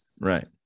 Right